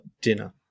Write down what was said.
dinner